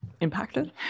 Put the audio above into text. impacted